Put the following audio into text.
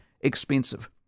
expensive